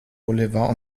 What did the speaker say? boulevard